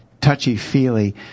Touchy-feely